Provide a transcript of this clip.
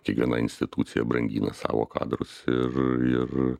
kiekviena institucija brangina savo kadrus ir ir